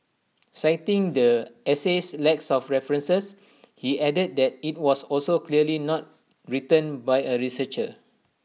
citing the essay's lacks of references he added that IT was also clearly not written by A researcher